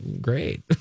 great